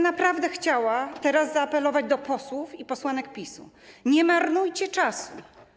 Naprawdę chciałabym teraz zaapelować do posłów i posłanek PiS-u: nie marnujcie czasu.